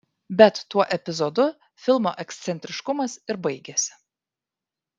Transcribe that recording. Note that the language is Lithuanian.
bet tuo epizodu filmo ekscentriškumas ir baigiasi